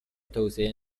توسعه